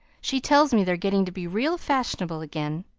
she tells me they're getting to be real fashionable again.